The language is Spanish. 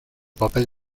papel